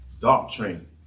doctrine